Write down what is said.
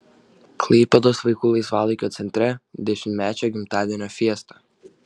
klaipėdos vaikų laisvalaikio centre dešimtmečio gimtadienio fiesta